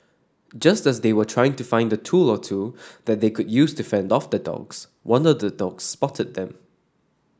just as they were trying to find the tool or two that they could use to fend off the dogs one of the dogs spotted them